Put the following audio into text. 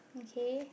okay